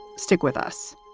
stick with us